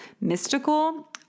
mystical